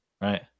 right